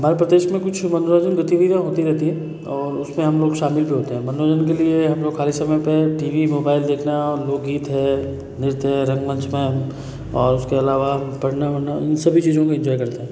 हमारे प्रदेश में कुछ मनोरंजन गतिविधियाँ होती रहती हैं और उसमें हम लोग शामिल भी होते हैं मनोरंजन के लिए हम लोग खाली समय पर टी वी मोबाईल देखना लोक गीत है नृत्य है रंगमंच में और उसके अलावा पढ़ना वढ़ना इन सभी चीज़ों में इन्जॉय करते हैं